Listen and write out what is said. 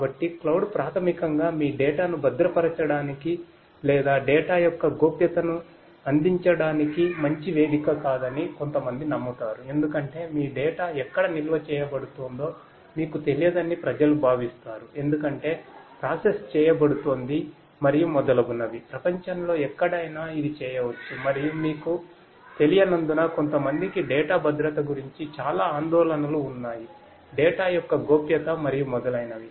కాబట్టి క్లౌడ్ యొక్క గోప్యత మరియు మొదలైనవి